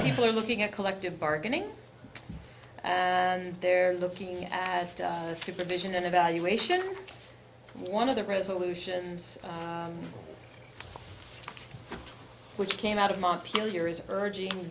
people are looking at collective bargaining and they're looking at supervision and evaluation one of the resolutions which came out of montpellier is urging